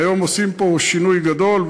והיום עושים פה שינוי גדול.